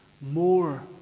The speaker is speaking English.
more